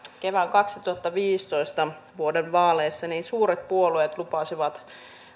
kevään kaksituhattaviisitoista vaaleissa suuret puolueet lupasivat